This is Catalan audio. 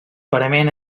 parament